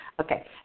Okay